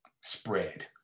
spread